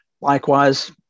Likewise